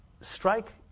strike